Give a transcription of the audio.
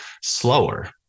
slower